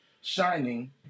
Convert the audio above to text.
shining